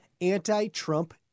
anti-Trump